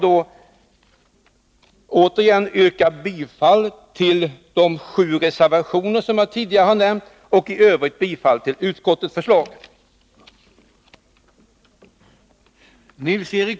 Jag vill återigen yrka bifall till de sju reservationer som jag tidigare har pläderat för och i övrigt bifall till utskottets hemställan.